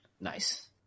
Nice